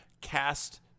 cast